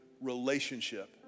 relationship